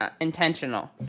intentional